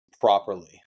properly